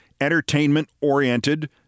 entertainment-oriented